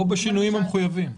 או לכתוב "בשינויים המחויבים".